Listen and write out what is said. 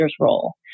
role